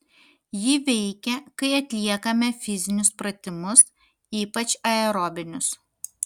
ji veikia kai atliekame fizinius pratimus ypač aerobinius